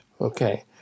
okay